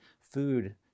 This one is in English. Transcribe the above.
food